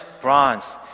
bronze